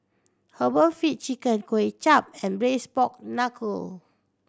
herbal feet chicken Kuay Chap and Braised Pork Knuckle